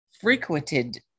frequented